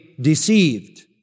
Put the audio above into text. deceived